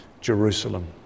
Jerusalem